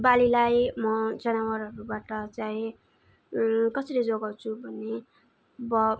बालीलाई म जनावरहरूबाट चाहिँ कसरी जोगाउँछु भने ब